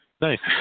Thanks